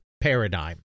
paradigm